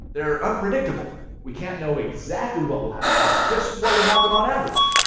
they're unpredictable. we can't know exactly what will happen, just what will happen on average.